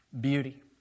Beauty